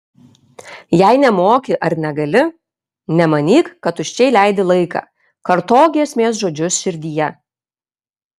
jei nemoki ar negali nemanyk kad tuščiai leidi laiką kartok giesmės žodžius širdyje